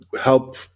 help